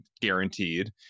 guaranteed